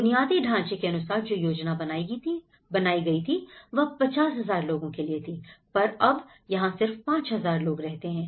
बुनियादी ढांचे के अनुसार जो योजना बनाई गई वह 50000 लोगों के लिए थी पर अब यहां सिर्फ 5000 लोग रहते हैं